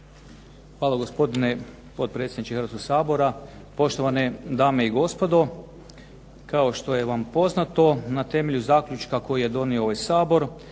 Hvala, gospodine potpredsjedniče Hrvatskoga sabora. Poštovane dame i gospodo. Kao što vam je poznato, na temelju Zaključka koji je donio ovaj Sabor